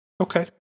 Okay